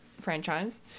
franchise